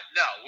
no